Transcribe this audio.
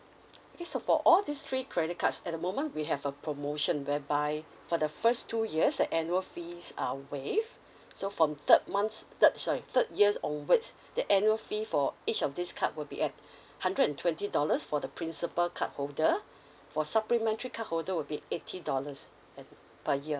okay so for all this three credit cards at the moment we have a promotion whereby for the first two years the annual fees are wave so from third month third sorry third years onwards the annual fee for each of this card will be at hundred and twenty dollars for the principal card holder for supplementary card holder will be eighty dollars uh a year